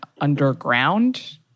underground